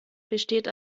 besteht